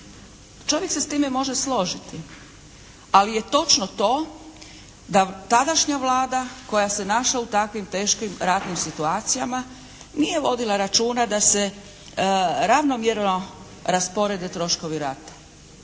Čovjek se s time može složiti. Ali je točno to da tadašnja Vlada koja se našla u takvim teškim ratnim situacijama nije vodila računa da se ravnomjerno rasporede troškovi rata.